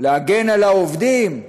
להגן על העובדים,